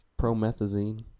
promethazine